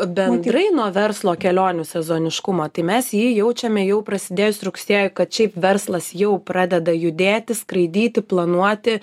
bendrai nuo verslo kelionių sezoniškumo tai mes jį jaučiame jau prasidėjus rugsėjui kad šiaip verslas jau pradeda judėti skraidyti planuoti